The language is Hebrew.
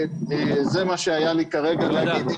זה מה שהיה לי כרגע להגיד.